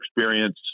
experience